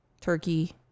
turkey